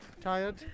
Tired